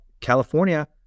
California